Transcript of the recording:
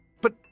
But